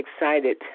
excited